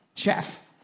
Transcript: chef